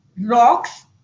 rocks